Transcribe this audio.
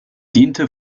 diente